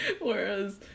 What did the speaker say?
Whereas